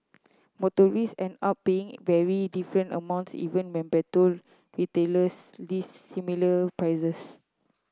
motorists end up paying very different amounts even member to retailers list similar prices